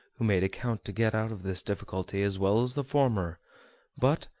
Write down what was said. who made account to get out of this difficulty as well as the former but,